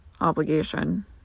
obligation